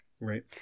right